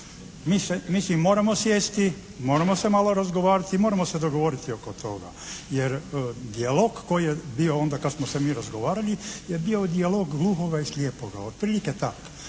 Mi si moramo sjesti, moramo se malo razgovarati, moramo se dogovoriti oko toga, jer dijalog koji je bio onda kad smo se mi razgovarali je bio dijalog gluhoga i slijepoga, otprilike tak.